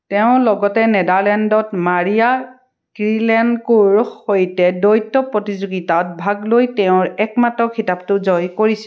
তেওঁ লগতে নেডাৰলেণ্ডত মাৰিয়া কিৰিলেনকোৰ সৈতে দ্বৈত প্ৰতিযোগিতাত ভাগ লৈ তেওঁৰ একমাত্ৰ খিতাপটো জয় কৰিছিল